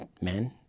men